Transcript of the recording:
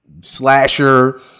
slasher